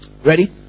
Ready